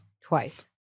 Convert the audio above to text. Twice